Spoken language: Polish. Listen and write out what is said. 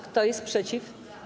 Kto jest przeciw?